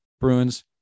Bruins